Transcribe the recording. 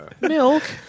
Milk